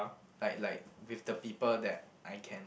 like like with the people that I can